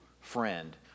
friend